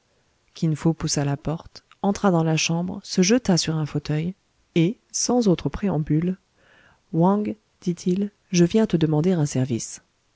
kin fo poussa la porte entra dans la chambre se jeta sur un fauteuil et sans autre préambule wang dit-il je viens te demander un service